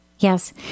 Yes